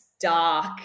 Dark